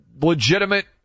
legitimate